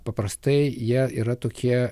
paprastai jie yra tokie